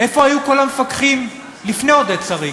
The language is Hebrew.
איפה היו כל המפקחים לפני עודד שריג?